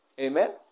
Amen